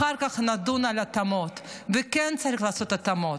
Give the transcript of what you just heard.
אחר כך נדון על התאמות, וכן צריך לעשות התאמות,